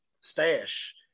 Stash